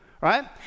Right